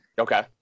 Okay